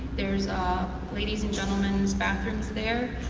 there's ladies' and gentlemens bathrooms there.